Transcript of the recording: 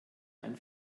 ein